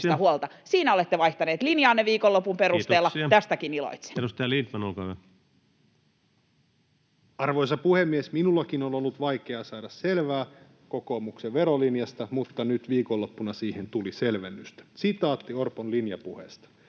suunnitelmasta vuosille 2023—2026 Time: 16:01 Content: Arvoisa puhemies! Minullakin on ollut vaikeaa saada selvää kokoomuksen verolinjasta, mutta nyt viikonloppuna siihen tuli selvennystä. Sitaatti Orpon linjapuheesta: